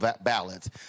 ballots